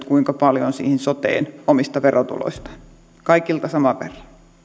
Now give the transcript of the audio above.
kuinka paljon kunta on käyttänyt siihen soteen omista verotuloistaan kaikilta saman verran